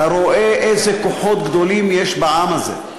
אתה רואה איזה כוחות גדולים יש בעם הזה.